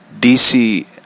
DC